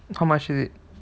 how much is it